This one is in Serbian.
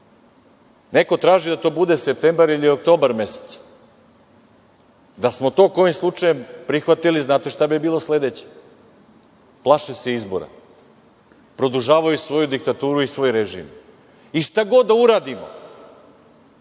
Neko traži da to bude septembar ili oktobar mesec. Da smo to kojim slučajem prihvatili, znate šta bi bilo sledeće? Plaše se izbora. Produžavaju svoju diktaturu i svoj režim. I šta god da uradimo